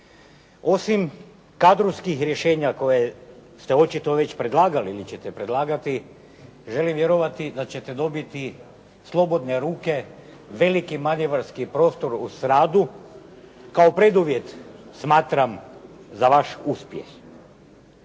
Osim kadrovskih rješenja koje ste očito već predlagali ili ćete predlagati želim vjerovati da ćete dobiti slobodne ruke, veliki manevarski prostor u radu. Kao preduvjet smatram za vaš uspjeh.